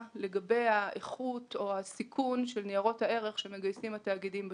לגבי האיכות או הסיכון של ניירות הערך שמגייסים התאגידים בשוק.